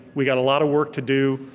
we got a lot of work to do,